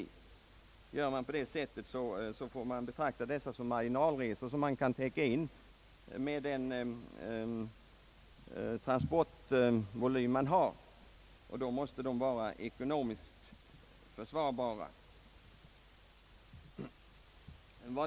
Gör man på det sättet får man betrakta dessa reser som marginalresor som kan täckas in med den transportvolym som står till förfogande, och då måste de vara ekonomiskt försvarbara.